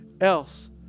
else